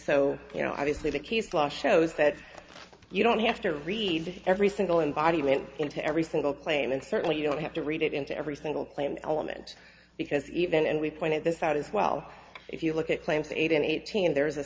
so you know obviously the case law shows that you don't have to read every single in body went into every single claim and certainly you don't have to read it into every single claim element because even and we pointed this out as well if you look at claims eight and eighteen there is a